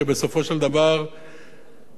שבסופו של דבר נאנק,